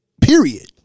period